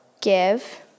give